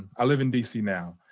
i live in d c. now.